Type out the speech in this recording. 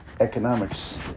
Economics